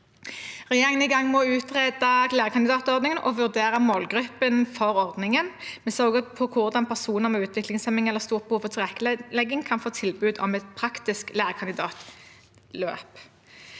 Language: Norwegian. i gang med å utrede lærekandidatordningen og å vurdere målgruppen for ordningen. Vi ser også på hvordan personer med utviklingshemming eller stort behov for tilrettelegging kan få tilbud om et praktisk lærekandidatløp.